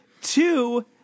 two